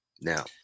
Now